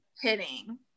hitting